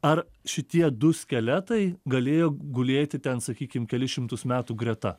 ar šitie du skeletai galėjo gulėti ten sakykim kelis šimtus metų greta